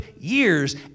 years